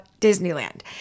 Disneyland